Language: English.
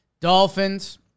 Dolphins